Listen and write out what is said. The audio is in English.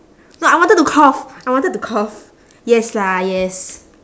no I wanted to cough I wanted to cough yes lah yes